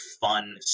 fun